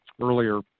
earlier